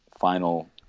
final